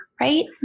right